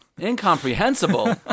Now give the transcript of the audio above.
Incomprehensible